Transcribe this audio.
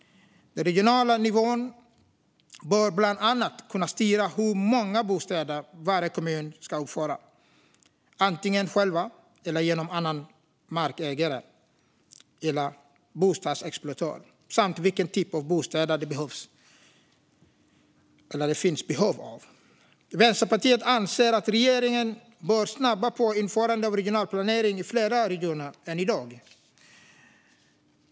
Den regionala nivån bör bland annat kunna styra hur många bostäder varje kommun ska uppföra, antingen själv eller genom annan markägare eller bostadsexploatör, och vilken typ av bostäder det finns behov av. Vänsterpartiet anser att regeringen bör snabba på införandet av regional planering i fler regioner än i dag.